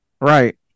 Right